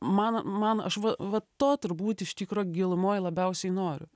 man man aš va va to turbūt iš tikro gilumoj labiausiai noriu